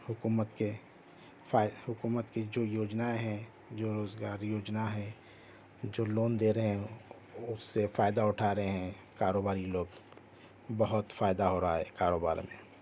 حکومت کے حکومت کے جو یوجنائیں ہیں جو روزگار یوجنا ہے جو لون دے رہے ہیں وہ اس سے فائدہ اٹھا رہے ہیں کاروباری لوگ بہت فائدہ ہو رہا ہے کاروبار میں